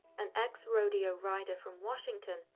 an ex-rodeo rider from washington,